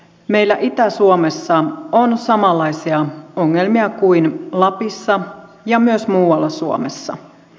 meillä itä suomessa on samanlaisia ongelmia kuin lapissa ja myös muualla suomessa